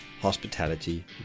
Hospitality